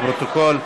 בעד, 49,